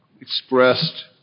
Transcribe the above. expressed